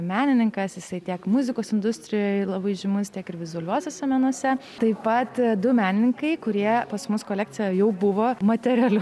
menininkas jisai tiek muzikos industrijoje labai žymus tiek ir vizualiuosiuose menuose taip pat du menininkai kurie pas mus kolekcijoj jau buvo materialiai